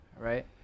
Right